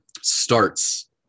starts